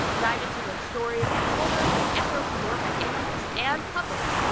dive into their stories of horror, anthropomorphic animals, and puppets.